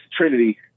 Trinity